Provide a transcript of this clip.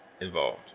involved